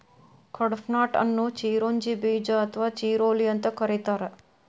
ಕಡ್ಪಾಹ್ನಟ್ ಅನ್ನು ಚಿರೋಂಜಿ ಬೇಜ ಅಥವಾ ಚಿರೋಲಿ ಅಂತ ಕರೇತಾರ